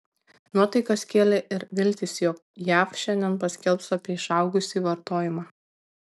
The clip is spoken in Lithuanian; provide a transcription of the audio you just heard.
nuotaikas kėlė ir viltys jog jav šiandien paskelbs apie išaugusį vartojimą